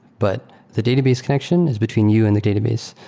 but the database connection is between you and the database.